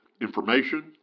information